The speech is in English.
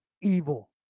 evil